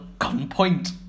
gunpoint